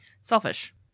Selfish